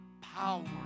power